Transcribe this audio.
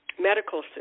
medical